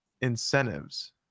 incentives